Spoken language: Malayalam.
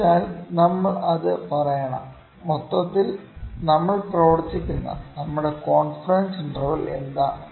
അതിനാൽ നമ്മൾ അത് പറയണം മൊത്തത്തിൽ നമ്മൾ പ്രവർത്തിക്കുന്ന നമ്മുടെ കോൺഫിഡൻസ് ഇന്റർവെൽ എന്താണ്